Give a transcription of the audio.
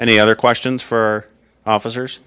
any other questions for officers